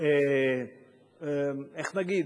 איך נגיד?